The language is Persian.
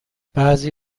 بعضی